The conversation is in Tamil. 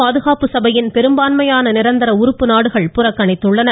பாதுகாப்பு சபையின் பெரும்பாலான நிரந்தர உறுப்பு நாடுகள் புறக்கணித்துள்ளன